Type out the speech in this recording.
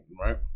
right